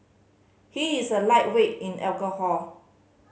he is a lightweight in alcohol